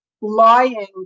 lying